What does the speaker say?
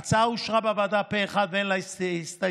ההצעה אושרה בוועדה פה אחד ואין לה הסתייגויות.